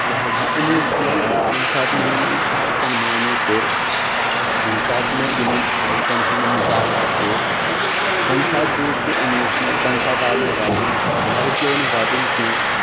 یہِ حظ یہِ اِموشنل ییٚمہِ ساتہٕ مےٚ یِمن آیتن معنی پوٚر یمہِ ساتہٕ مےٚ یِمن آیتن ہُنٛد مطالعہ کوٚر تمہِ ساتہٕ گووُس بہٕ اِموشنل تمہِ ساتہٕ آو مےٚ ودُن مےٚ رُکیٚو نہٕ ودُن کینٛہہ